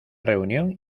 reunión